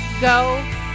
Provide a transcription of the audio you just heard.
go